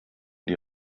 die